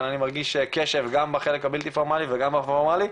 אבל אני מרגיש קשב גם בחלק הבלתי פורמאלי וגם בפורמאלי,